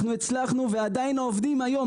אנחנו הצלחנו ועדיין העובדים היום,